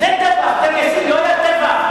דיר-יאסין, לא היה טבח?